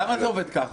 למה זה עובד ככה?